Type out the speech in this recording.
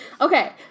Okay